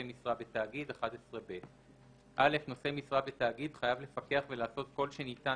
משרה בתאגיד 11ב. (א)נושא משרה בתאגיד חייב לפקח ולעשות כל שניתן